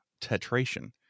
Tetration